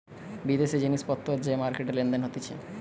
বিদেশি জিনিস পত্তর যে মার্কেটে লেনদেন হতিছে